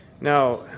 Now